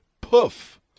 poof